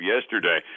yesterday